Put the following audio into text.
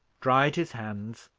dried his hands,